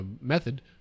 method